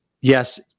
yes